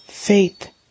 Faith